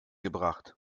gebracht